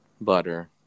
Butter